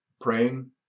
Praying